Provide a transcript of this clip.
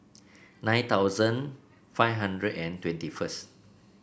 nine thousand five hundred and twenty first